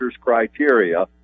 criteria